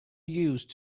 used